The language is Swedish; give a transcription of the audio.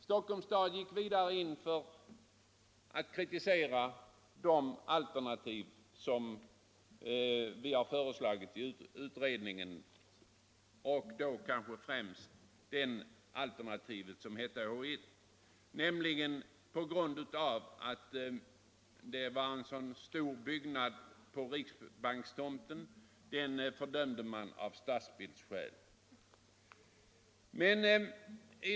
Stockholms kommun gick också in för att kritisera de alternativ som vi hade föreslagit i utredningen, främst det som betecknades H 1 — det skulle bli en så stor byggnad på riksbankstomten och den fördömde man av stadsbildsskäl.